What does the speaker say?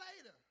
later